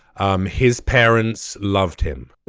um his parents loved him